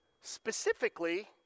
specifically